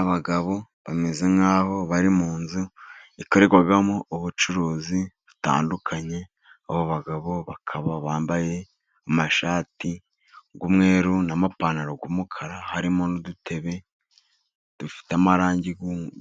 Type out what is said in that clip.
Abagabo bameze nk'aho bari mu nzu ikorerwamo ubucuruzi butandukanye. Abo bagabo bakaba bambaye amashati y'umweru n'amapantaro y'umukara, harimo n'udutebe dufite amarangi